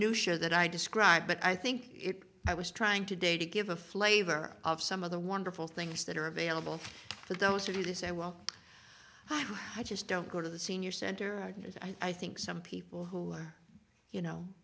minutia that i described but i think i was trying to day to give a flavor of some of the wonderful things that are available for those who do this and well i just don't go to the senior center i think some people who are you know